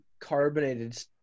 carbonated